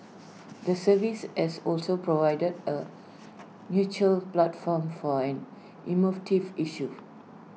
the service has also provided A neutral platform for an emotive issue